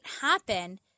happen